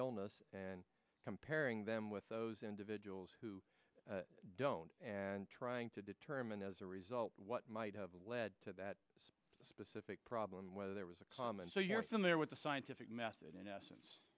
illness and comparing them with those individuals who don't and trying to determine as a result what might have led to that specific problem whether there was a common so you're saying there was a scientific method in essence